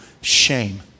shame